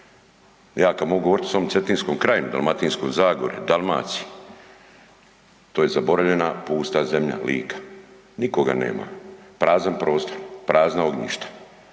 Ja to mogu govorit o svom Cetinskom kraju, Dalmatinskoj zagori, Dalmaciji, to je zaboravljena pusta zemlja, Lika, nikoga nema, prazan prostor, prazna ognjišta,